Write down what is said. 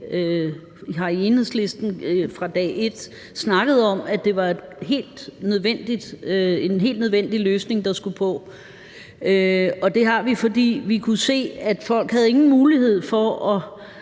i Enhedslisten fra dag et snakket om, at det var en helt nødvendig løsning, der skulle til. Og det har vi, fordi vi kunne se, at folk ikke havde nogen mulighed for